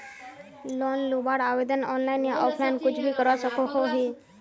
Loan लुबार आवेदन online या ऑफलाइन कुछ भी करवा सकोहो ही?